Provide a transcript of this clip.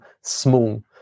small